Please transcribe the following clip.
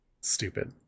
Stupid